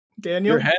Daniel